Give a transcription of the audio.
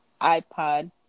iPod